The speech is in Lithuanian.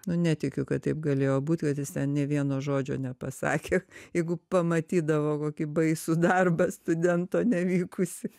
nu netikiu kad taip galėjo būt kad jis ten nei vieno žodžio nepasakė jeigu pamatydavo kokį baisų darbą studento nevykusį